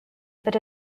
but